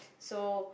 so